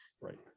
Right